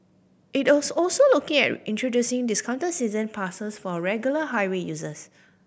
it was also looking at introducing discounted season passes for regular highway users